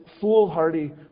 foolhardy